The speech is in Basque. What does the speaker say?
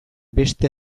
beste